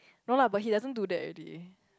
no lah but he doesn't do that already